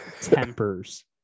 tempers